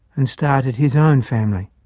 and started his own family.